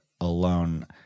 alone